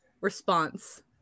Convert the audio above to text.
response